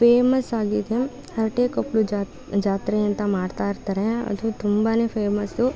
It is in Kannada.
ಫೇಮಸ್ಸಾಗಿದೆ ಹರಟೆ ಕೊಪ್ಳು ಜಾತ್ರೆ ಅಂತ ಮಾಡ್ತಾ ಇರ್ತಾರೆ ಅದು ತುಂಬಾ ಫೇಮಸ್ಸು